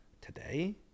today